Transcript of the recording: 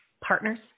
partners